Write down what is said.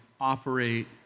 operate